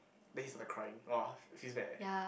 then he started crying wa feels bad leh